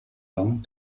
long